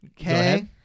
Okay